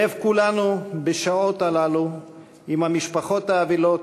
לב כולנו בשעות הללו עם המשפחות האבלות,